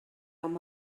amb